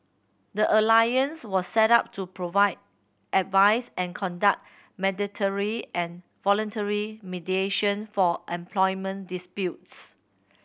the alliance was set up to provide advice and conduct mandatory and voluntary mediation for employment disputes